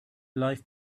life